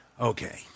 Okay